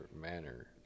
manner